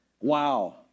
Wow